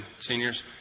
Seniors